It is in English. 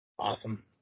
Awesome